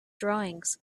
drawings